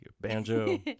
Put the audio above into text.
Banjo